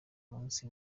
munsi